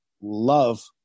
love